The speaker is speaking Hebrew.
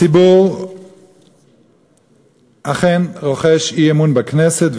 הציבור אכן רוחש אי-אמון לכנסת,